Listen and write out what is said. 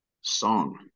song